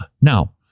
Now